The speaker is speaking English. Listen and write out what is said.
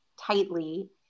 tightly